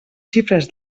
xifres